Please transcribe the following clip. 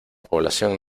población